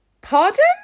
Pardon